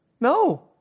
No